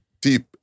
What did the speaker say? deep